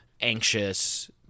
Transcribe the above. anxious